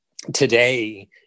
Today